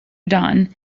dawn